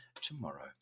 tomorrow